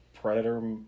Predator